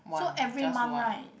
one just one